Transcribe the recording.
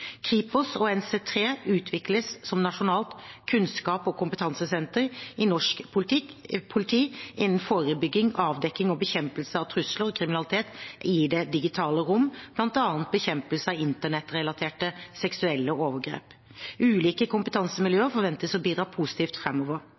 Kripos og NC3 utvikles som nasjonalt kunnskaps- og kompetansesenter i norsk politi innen forebygging, avdekking og bekjempelse av trusler og kriminalitet i det digitale rom, bl.a. bekjempelse av internettrelaterte seksuelle overgrep. Ulike